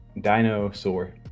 Dinosaur